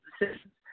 decisions